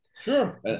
Sure